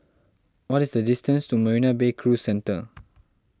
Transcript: what is the distance to Marina Bay Cruise Centre